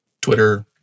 Twitter